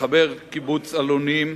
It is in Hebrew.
וחבר קיבוץ אלונים,